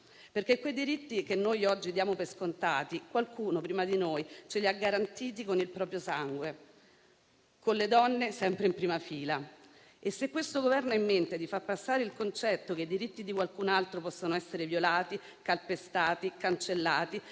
perché quei diritti che oggi diamo per scontati qualcuno prima di noi ce li ha garantiti con il proprio sangue, con le donne sempre in prima fila. Se questo Governo ha in mente di far passare il concetto che i diritti di qualcun altro possano essere violati, calpestati e cancellati,